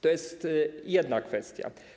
To jest jedna kwestia.